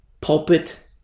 pulpit